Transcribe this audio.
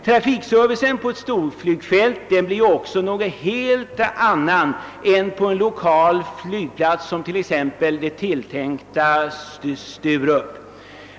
Trafikservicen på ett storflygfält blir också en helt annan än på en lokal flygplats som den tänkta i Sturup.